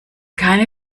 keine